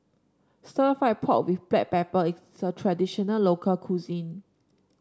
stir fry pork with Black Pepper is a traditional local cuisine